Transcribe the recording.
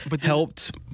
helped